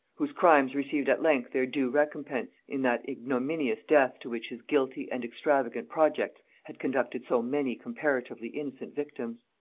whose crimes received at length their due recompense in that ignominious death to which his guilty and extravagant projects had conducted so many comparatively innocent victims.